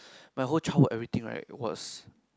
my whole childhood everything right was